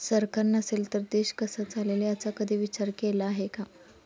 सरकार नसेल तर देश कसा चालेल याचा कधी विचार केला आहे का?